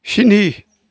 स्नि